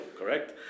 correct